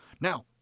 Now